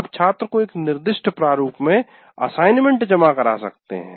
आप छात्र को एक निर्दिष्ट प्रारूप में असाइनमेंट जमा करा सकते हैं